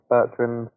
Bertrand